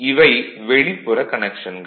இவை வெளிப்புற கனெக்ஷன்கள்